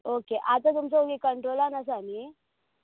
okay आतां तुमचो कंट्रोलान आसा न्हय